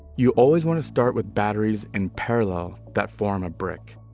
you always want to start with batteries in parallel that form a brick.